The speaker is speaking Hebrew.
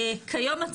כיום,